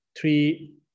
three